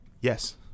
Yes